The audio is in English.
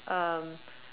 um